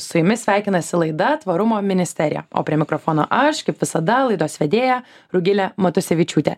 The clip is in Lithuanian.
su jumis sveikinasi laida tvarumo ministerija o prie mikrofono aš kaip visada laidos vedėja rugilė matusevičiūtė